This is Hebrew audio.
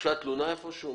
הוגשה תלונה איפה שהוא?